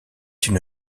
une